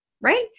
right